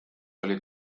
olid